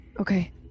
Okay